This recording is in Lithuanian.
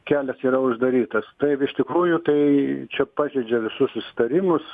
kelias yra uždarytas taip iš tikrųjų tai čia pažeidžia visus susitarimus